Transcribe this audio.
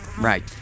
Right